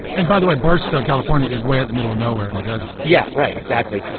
and by the way barstow california is way in the middle of nowhere in the desert yeah right. exactly.